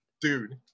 dude